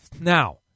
Now